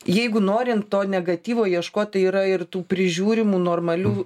jeigu norint to negatyvo ieškot tai yra ir tų prižiūrimų normalių